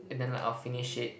and then I'll like finish it